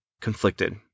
conflicted